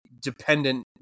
dependent